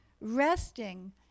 Resting